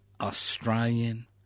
Australian